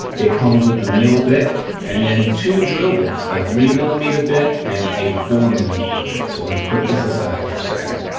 it comes with a mill bit and then two drill bits, a three millimeter bit and a four millimeter bit, so let's put this aside for a second.